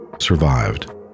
survived